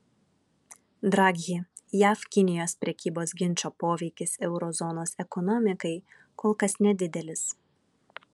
draghi jav kinijos prekybos ginčo poveikis euro zonos ekonomikai kol kas nedidelis